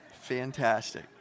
Fantastic